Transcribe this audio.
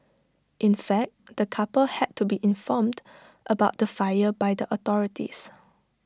in fact the couple had to be informed about the fire by the authorities